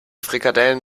frikadellen